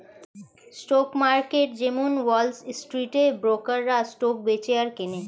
stock market যেমন wall স্ট্রিটে ব্রোকাররা স্টক বেচে আর কেনে